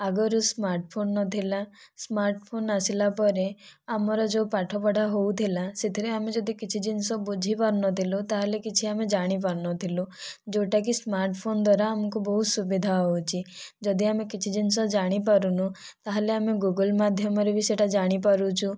ଆଗରୁ smart phone ନ ଥିଲା ସ୍ମାର୍ଟ ଫୋନ ଆସିଲା ପରେ ଆମର ଯେଉଁ ପାଠ ପଢ଼ା ହେଉଥିଲା ସେଥିରେ ଆମେ ଯଦି କିଛି ଜିନିଷ ବୁଝି ପାରୁନଥିଲୁ ତାହେଲେ କିଛି ଆମେ ଜାଣି ପାରୁନଥିଲୁ ଯେଉଁଟାକି ସ୍ମାର୍ଟ ଫୋନ ଦ୍ଵାରା ଆମକୁ ବହୁତ ସୁବିଧା ହେଉଛି ଯଦି ଆମେ କିଛି ଜିନିଷ ଜାଣିପାରୁନୁ ତାହେଲେ ଆମେ ଗୁଗୁଲ୍ ମାଧ୍ୟମରେ ବି ଆମେ ସେହିଟା ଜାଣିପାରୁଛୁ